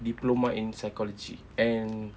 diploma in psychology and